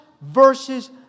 versus